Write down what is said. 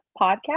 podcast